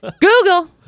Google